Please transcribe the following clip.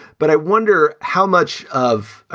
but i wonder how much of ah